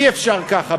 אי-אפשר ככה.